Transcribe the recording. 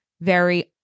very-